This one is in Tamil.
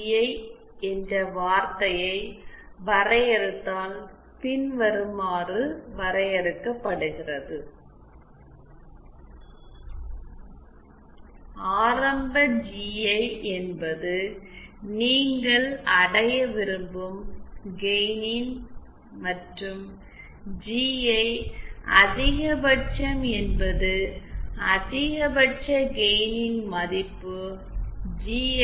ஐ என்ற வார்த்தையை வரையறுத்தால் அது பின்வருமாறு வரையறுக்கப்படுகிறது ஆரம்ப ஜிஐ என்பது நீங்கள் அடைய விரும்பும் கெயினன் மற்றும் ஜிஐ அதிகபட்சம் என்பது அதிகபட்ச கெயினின் மதிப்பு ஜிஐ